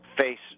face